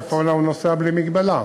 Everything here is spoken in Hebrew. במובן שמי שנוסע צפונה נוסע בלי מגבלה?